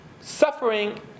Suffering